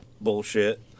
bullshit